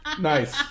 Nice